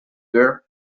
girl